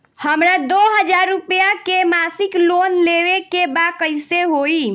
हमरा दो हज़ार रुपया के मासिक लोन लेवे के बा कइसे होई?